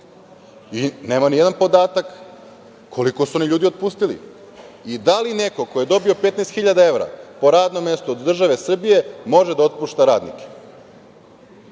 Nema ni jedan podatak koliko su oni ljudi otpustili. Da li neko ko je dobio 15 hiljada evra po radnom mestu od države Srbije može da otpušta radnike?